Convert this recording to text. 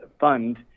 fund